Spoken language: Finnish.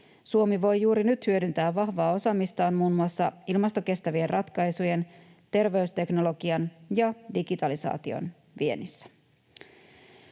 Suomi voi juuri nyt hyödyntää vahvaa osaamistaan muun muassa ilmastokestävien ratkaisujen, terveysteknologian ja digitalisaation viennissä.